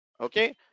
okay